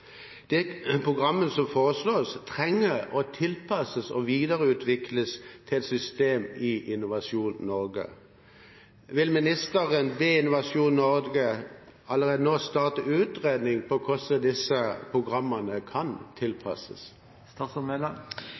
som foreslås, trenger å bli tilpasset og videreutviklet til et system i Innovasjon Norge. Vil statsråden be Innovasjon Norge allerede nå starte en utredning av hvordan disse programmene kan tilpasses?